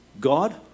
God